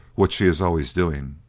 which she is always doing.